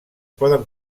poden